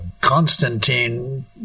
Constantine